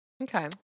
Okay